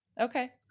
Okay